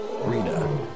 Rina